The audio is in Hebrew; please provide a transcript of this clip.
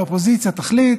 האופוזיציה תחליט